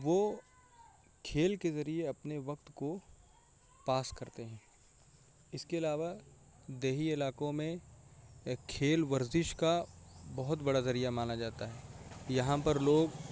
وہ کھیل کے ذریعے اپنے وقت کو پاس کرتے ہیں اس کے علاوہ دیہی علاقوں میں کھیل ورزش کا بہت بڑا ذریعہ مانا جاتا ہے یہاں پر لوگ